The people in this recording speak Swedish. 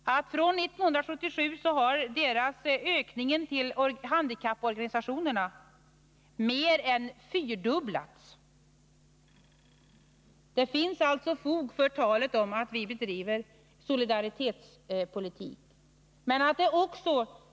Från 1977 har ökningen av anslaget till handikapporganisationerna mer än fyrdubblats. Det finns alltså fog för talet om att vi bedriver solidaritetspolitik.